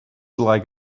like